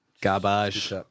garbage